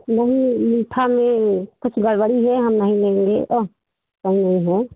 नहीं मीठा में कुछ गडबड़ी है हम नहीं लेंगे कम नहीं है